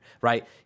right